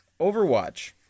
Overwatch